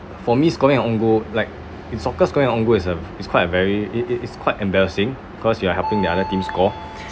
for me scoring our own goal like in soccer scoring our own goal is a is quite a very it it it's quite embarrassing cause you are helping the other team score